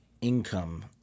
income